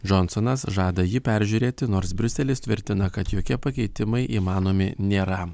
džonsonas žada jį peržiūrėti nors briuselis tvirtina kad jokie pakeitimai įmanomi nėra